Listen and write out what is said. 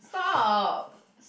stop